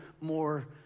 more